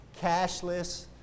cashless